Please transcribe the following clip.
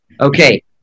Okay